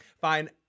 Fine